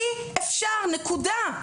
אי-אפשר, נקודה.